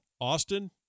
Austin